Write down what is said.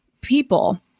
people